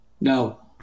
No